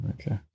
okay